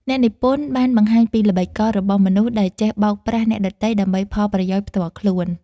អ្នកនិពន្ធបានបង្ហាញពីល្បិចកលរបស់មនុស្សដែលចេះបោកប្រាស់អ្នកដទៃ ដើម្បីផលប្រយោជន៍ផ្ទាល់ខ្លួន។